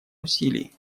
усилий